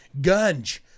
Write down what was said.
Gunge